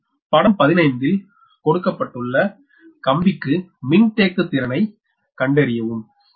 அடுத்து படம் 15 ல் கொடுக்கப்பட்டுள்ள கம்பிக்கு மின்தேக்குத்திறனை கண்டறியவும்